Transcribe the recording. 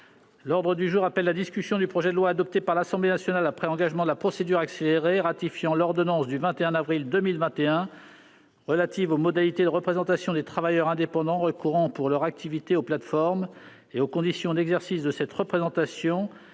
L'ordre du jour appelle la discussion du projet de loi, adopté par l'Assemblée nationale après engagement de la procédure accélérée, ratifiant l'ordonnance n° 2021-484 du 21 avril 2021 relative aux modalités de représentation des travailleurs indépendants recourant pour leur activité aux plateformes et aux conditions d'exercice de cette représentation